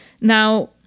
Now